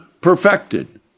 perfected